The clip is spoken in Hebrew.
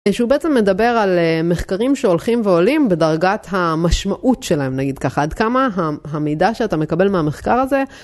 שהוא בעצם מדבר על מחקרים שהולכים ועולים בדרגת המשמעות שלהם, נגיד ככה, עד כמה המידע שאתה מקבל מהמחקר הזה.